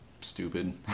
stupid